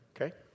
Okay